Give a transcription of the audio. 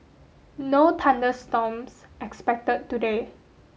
no thunder storms expected today